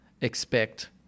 expect